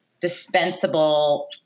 dispensable